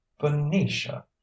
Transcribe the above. venetia